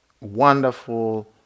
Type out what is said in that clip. wonderful